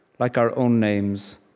like our own names,